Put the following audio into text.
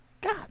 God